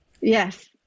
Yes